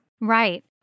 Right